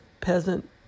peasant